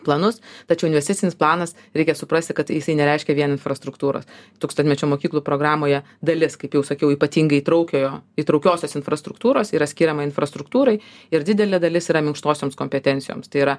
planus tačiau investicinis planas reikia suprasti kad jisai nereiškia vien infrastruktūros tūkstantmečio mokyklų programoje dalis kaip jau sakiau ypatingai įtraukiojo traukiosios infrastruktūros yra skiriama infrastruktūrai ir didelė dalis yra minkštosioms kompetencijoms tai yra